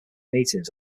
meetings